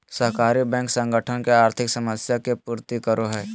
सहकारी बैंक संगठन के आर्थिक समस्या के पूर्ति करो हइ